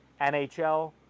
NHL